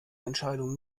entscheidungen